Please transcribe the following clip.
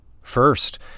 First